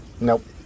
nope